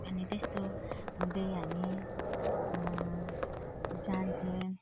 अनि त्यस्तो हुँदै हामी जान्थ्यौं